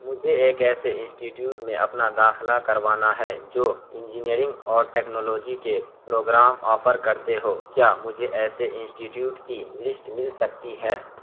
مجھے ایک ایسے انسٹیٹیوٹ میں اپنا داخلہ کروانا ہے جو انجینئرنگ اور ٹیکنالوجی کے پروگرام آفر کرتے ہوں کیا مجھے ایسے انسٹیٹیوٹ کی لسٹ مل سکتی ہے